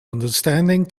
understanding